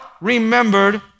remembered